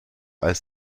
als